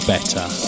Better